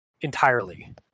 entirely